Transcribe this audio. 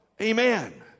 Amen